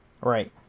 Right